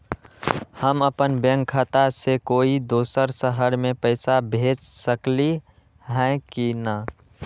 हम अपन बैंक खाता से कोई दोसर शहर में पैसा भेज सकली ह की न?